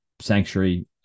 Sanctuary